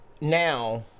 now